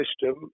system